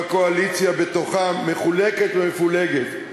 והקואליציה בתוכה מחולקת ומפולגת.